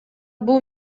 бул